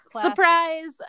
Surprise